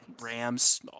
Rams